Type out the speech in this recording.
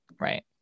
Right